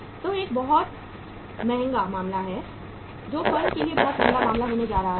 जो एक बहुत महंगा मामला है जो फर्म के लिए बहुत महंगा मामला होने जा रहा है